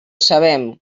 sabem